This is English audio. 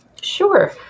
Sure